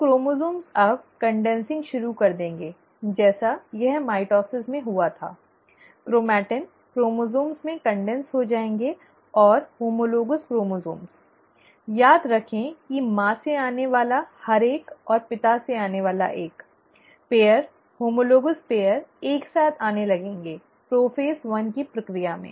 तो क्रोमोसोम्स अब संघनक शुरू कर देंगे जैसा यह माइटोसिस में हुआ था क्रोमेटिन क्रोमोसोम्स में कन्डेन्स हो जाएगा और होमोलोगॅस क्रोमोसोम्स याद रखें कि माँ से आने वाला हर एक और पिता से एक जोड़ी समरूप जोड़े एक साथ आने लगेंगे प्रोफ़ेज़ एक की प्रक्रिया में